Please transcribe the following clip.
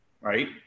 right